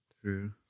true